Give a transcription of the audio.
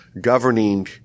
governing